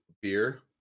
beer